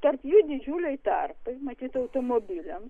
tarp jų didžiuliai tarpai matyt automobiliams